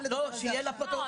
חדש,